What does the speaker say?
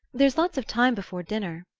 there's lots of time before dinner.